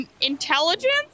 Intelligence